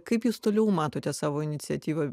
kaip jūs toliau matote savo iniciatyvą